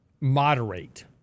moderate